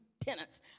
tenants